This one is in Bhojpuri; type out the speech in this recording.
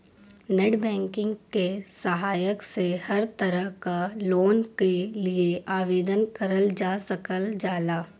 नेटबैंकिंग क सहायता से हर तरह क लोन के लिए आवेदन करल जा सकल जाला